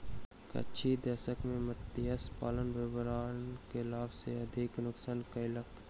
किछ दशक में मत्स्य पालन वातावरण के लाभ सॅ अधिक नुक्सान कयलक